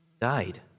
died